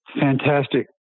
fantastic